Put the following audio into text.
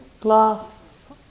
glass